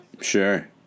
Sure